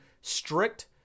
strict